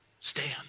Stand